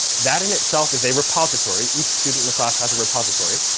that, in itself, is a repository. each student in the class has a repository.